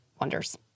wonders